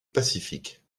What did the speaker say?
pacifique